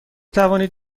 توانید